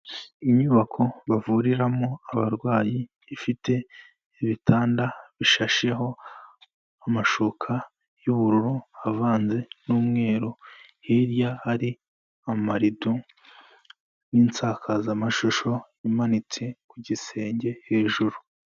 Inyubako bavuriramo abarwayi, ifite ibitanda bishasheho amashuka y'ubururu avanze n'umweru, hirya hari amarido n'insakazamashusho imanitse ku gisenge hejuru.